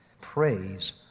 Praise